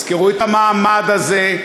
יזכרו את המעמד הזה,